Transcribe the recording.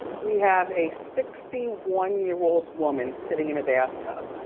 we have a sixty one year old woman sitting in a bathtub.